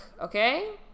okay